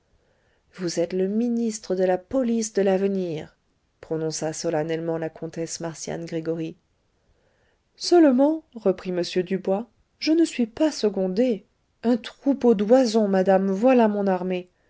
vous êtes le ministre de la police de l'avenir prononça solennellement la comtesse marcian gregoryi seulement reprit m dubois je ne suis pas secondé un troupeau d'oisons madame voilà mon armée